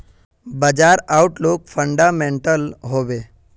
बाजार outlook fundamental हैवै?